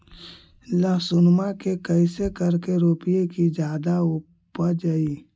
लहसूनमा के कैसे करके रोपीय की जादा उपजई?